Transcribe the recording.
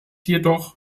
jedoch